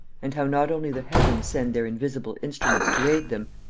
and how not only the heavens send their invisible instruments to aid them,